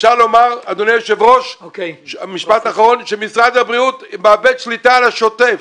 אפשר לומר שמשרד הבריאות מאבד שליטה על השוטף.